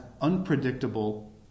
unpredictable